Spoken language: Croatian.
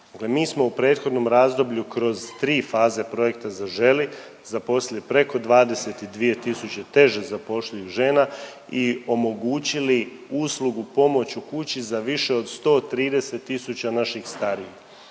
Mi smo u prethodnom razdoblju kroz tri faze projekta Zaželi, zaposlili preko 22 tisuće teže zapošljivih žena i omogućili uslugu pomoć u kući za više od 130 tisuća naših starijih.